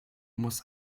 muss